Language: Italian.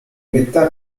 metà